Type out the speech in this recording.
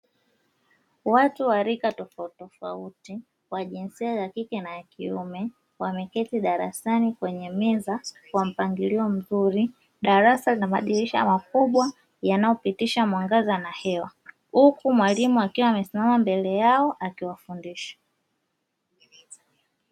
Watu wa rika tofauti tofauti wa jinsia za kike na ya kiume, wameketi darasani kwenye meza kwa mpangilio mzuri, darasa lina madirisha makubwa yanayo pitisha mwangaza na hewa, huku mwalimu akiwa amesimama mbele yao akiwafundisha.